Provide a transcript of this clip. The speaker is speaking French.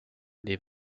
les